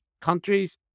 countries